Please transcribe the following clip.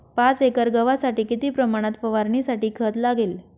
पाच एकर गव्हासाठी किती प्रमाणात फवारणीसाठी खत लागेल?